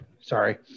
Sorry